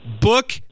book